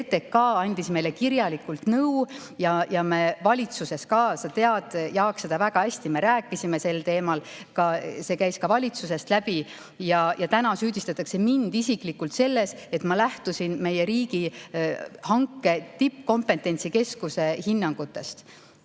RTK andis meile kirjalikult nõu. Ja me valitsuses ka – sa tead, Jaak, seda väga hästi – rääkisime sel teemal, see käis ka valitsusest läbi. Ja täna süüdistatakse mind isiklikult selles, et ma lähtusin meie riigihanke tippkompetentsi keskuse hinnangutest